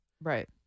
right